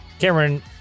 Cameron